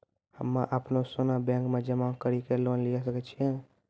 हम्मय अपनो सोना बैंक मे जमा कड़ी के लोन लिये सकय छियै?